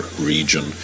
region